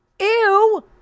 Ew